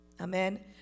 Amen